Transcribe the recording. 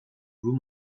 vous